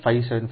તેથી તે 1